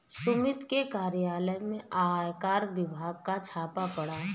सुमित के कार्यालय में आयकर विभाग का छापा पड़ा